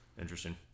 interesting